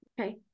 Okay